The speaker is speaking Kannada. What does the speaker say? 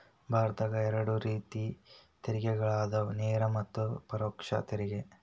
ಭಾರತದಾಗ ಎರಡ ರೇತಿ ತೆರಿಗೆಗಳದಾವ ನೇರ ಮತ್ತ ಪರೋಕ್ಷ ತೆರಿಗೆ